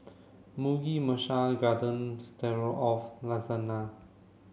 Mugi Meshi Garden Stroganoff Lasagna